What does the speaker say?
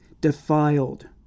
defiled